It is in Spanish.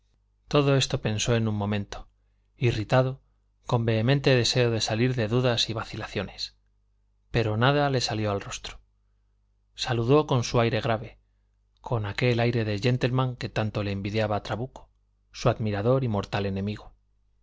todo esto pensó en un momento irritado con vehemente deseo de salir de dudas y vacilaciones pero nada le salió al rostro saludó con su aire grave con aquel aire de gentleman que tanto le envidiaba trabuco su admirador y mortal enemigo